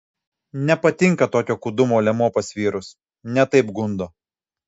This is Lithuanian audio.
nepatinka tokio kūdumo liemuo pas vyrus ne taip gundo